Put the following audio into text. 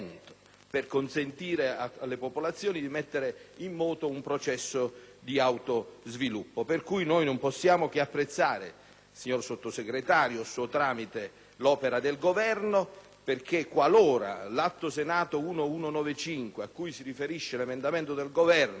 per consentire a quelle popolazioni di mettere in moto un processo di autosviluppo. Pertanto non possiamo che apprezzare, signor Sottosegretario, suo tramite, l'opera del Governo perché, qualora l'atto Senato n. 1195, cui si riferisce l'emendamento del Governo,